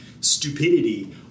stupidity